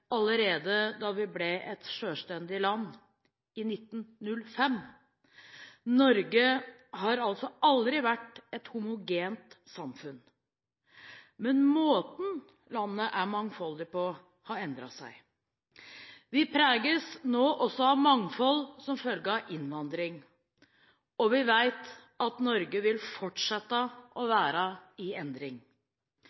allerede da vi ble et selvstendig land i 1905. Norge har altså aldri vært et homogent samfunn, men måten landet er mangfoldig på, har endret seg. Vi preges nå også av mangfold som følge av innvandring, og vi vet at Norge vil fortsette å